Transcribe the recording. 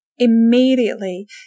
immediately